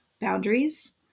boundaries